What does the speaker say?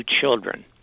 children